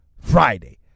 Friday